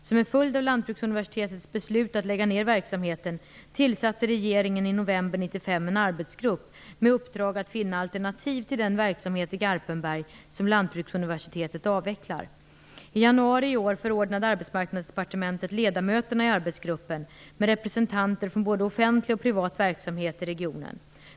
Som en följd av Lantbruksuniversitetets beslut att lägga ned verksamheten tillsatte regeringen i november 1995 en arbetsgrupp med uppdrag att finna alternativ till den verksamhet i Garpenberg som Lantbruksuniversitetet avvecklar. I januari i år förordnade Arbetsmarknadsdepartementet ledamöterna i arbetsgruppen, med representanter från både offentlig och privat verksamhet i regionen.